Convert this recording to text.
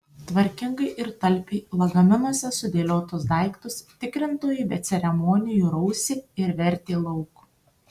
tvarkingai ir talpiai lagaminuose sudėliotus daiktus tikrintojai be ceremonijų rausė ir vertė lauk